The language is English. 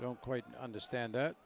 don't quite understand that